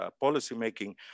policy-making